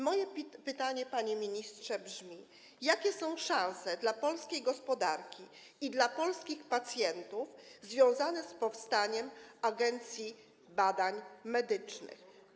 Moje pytanie, panie ministrze, brzmi: Jakie są szanse dla polskiej gospodarki i dla polskich pacjentów związane z powstaniem Agencji Badań Medycznych?